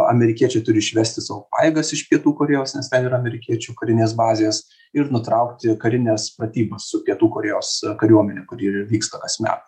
amerikiečiai turi išvesti savo pajėgas iš pietų korėjos nes ten yra amerikiečių karinės bazės ir nutraukti karines pratybas su pietų korėjos kariuomene kuri ir vyksta kasmet